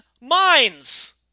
minds